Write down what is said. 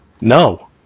No